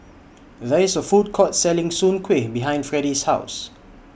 There IS A Food Court Selling Soon Kueh behind Freddy's House